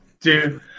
Dude